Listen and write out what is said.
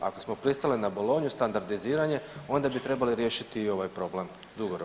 Ako smo pristali na Bolonju, standardiziranje, onda bi trebali riješiti i ovaj problem dugoročno.